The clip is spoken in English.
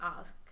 ask